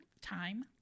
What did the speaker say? Time